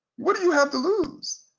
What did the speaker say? what do you have to lose?